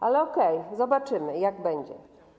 Ale okej, zobaczymy, jak będzie.